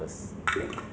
teleporting like that